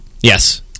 Yes